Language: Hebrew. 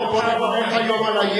בוא נברך היום על,